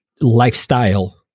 Lifestyle